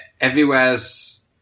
everywhere's